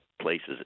places